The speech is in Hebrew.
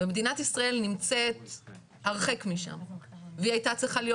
מדינת ישראל נמצאת הרחק משם והיא הייתה צריכה להיות